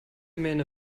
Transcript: mähne